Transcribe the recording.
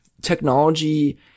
technology